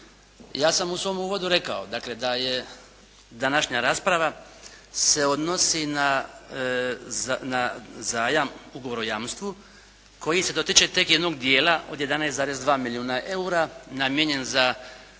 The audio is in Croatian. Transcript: Ja sam u svom uvodu rekao dakle da je današnja rasprava se odnosi na zajam ugovora o jamstvu koji se dotiče tek jednog dijela od 11,2 milijuna eura namijenjen za